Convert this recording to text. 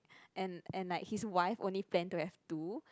and and like his wife only plan to have two